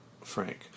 Frank